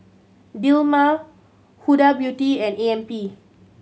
Dilmah Huda Beauty and A M P